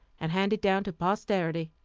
and hand it down to posterity.